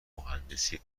مهندسی